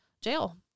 jail